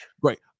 Great